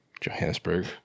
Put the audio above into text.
Johannesburg